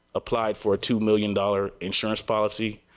applied for two million dollars insurance policy.